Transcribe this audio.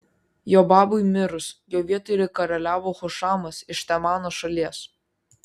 jobabui mirus jo vietoje karaliavo hušamas iš temano šalies